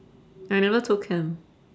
I never took chem